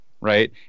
right